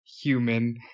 human